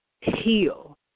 heal